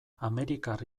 amerikar